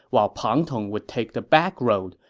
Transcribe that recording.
while pang tong would take the back road,